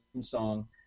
song